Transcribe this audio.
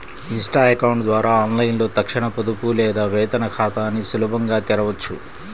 Insta account ద్వారా ఆన్లైన్లో తక్షణ పొదుపు లేదా వేతన ఖాతాని సులభంగా తెరవొచ్చు